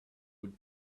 would